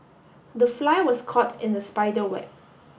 the fly was caught in the spider web